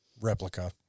replica